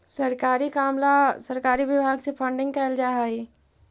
सरकारी काम ला सरकारी विभाग से फंडिंग कैल जा हई